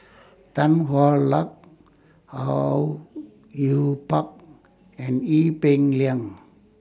Tan Hwa Luck Au Yue Pak and Ee Peng Liang